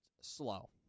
slow